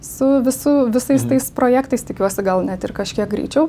su visu visais tais projektais tikiuosi gal net ir kažkiek greičiau